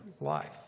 life